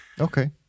Okay